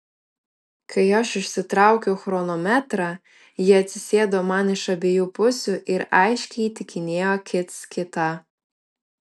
kai aš išsitraukiau chronometrą jie atsisėdo man iš abiejų pusių ir aiškiai įtikinėjo kits kitą